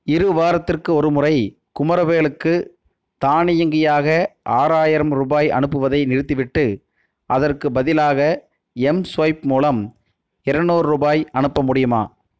இரு வாரத்திற்கு ஒருமுறை குமரவேலுக்கு தானியங்கியாக ஆறாயிரம் ரூபாய் அனுப்புவதை நிறுத்திவிட்டு அதற்குப் பதிலாக எம்ஸ்வைப் மூலம் இரநூறு ரூபாய் அனுப்ப முடியுமா